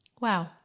Wow